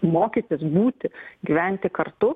mokytis būti gyventi kartu